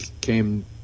came